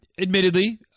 admittedly